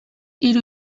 hiru